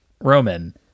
Roman